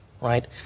right